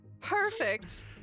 Perfect